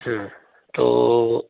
तो